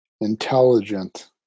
intelligent